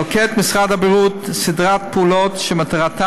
נוקט משרד הבריאות סדרת פעולות שמטרתן